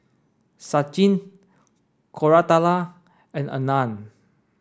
Sachin Koratala and Anand